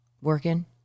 Working